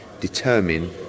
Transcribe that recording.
determine